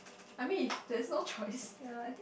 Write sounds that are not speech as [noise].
I mean if there's no choice [breath]